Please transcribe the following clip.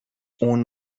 اون